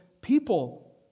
people